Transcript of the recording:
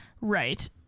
Right